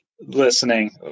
listening